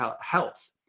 health